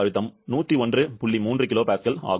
3 kPa ஆகும்